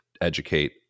educate